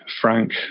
Frank